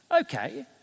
Okay